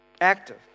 Active